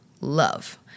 love